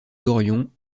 dorion